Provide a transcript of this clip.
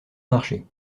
marché